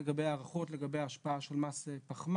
לגבי הערכות לגבי ההשפעה של מס הפחמן.